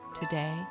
today